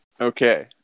okay